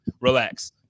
relax